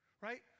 right